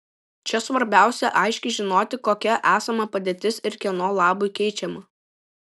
čia svarbiausia aiškiai žinoti kokia esama padėtis ir kieno labui keičiama